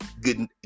good